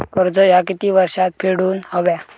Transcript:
कर्ज ह्या किती वर्षात फेडून हव्या?